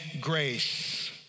grace